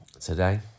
today